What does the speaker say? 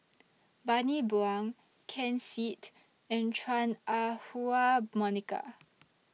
Bani Buang Ken Seet and Chua Ah Huwa Monica